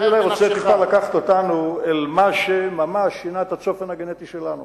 אני רוצה טיפה לקחת אותנו אל מה שממש שינה את הצופן הגנטי שלנו